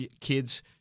kids